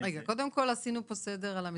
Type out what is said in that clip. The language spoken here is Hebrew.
קודם כול, עשינו פה סדר למסגרות,